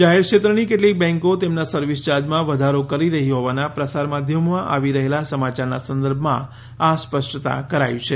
જાહેર ક્ષેત્રની કેટલીક બેન્કો તેમના સર્વિસ ચાર્જમાં વધારો કરી રહી હોવાના પ્રસાર માધ્યમોમાં આવી રહેલા સમાચારના સંદર્ભમાં આ સ્પષ્ટતા કરાઈ છે